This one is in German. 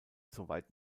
soweit